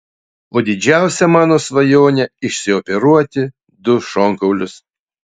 o didžiausia mano svajonė išsioperuoti du šonkaulius